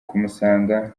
kumusanga